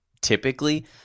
typically